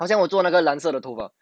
好像我做那个蓝色的图包